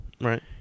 Right